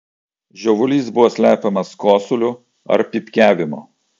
žiovulys buvo slepiamas kosuliu ar pypkiavimu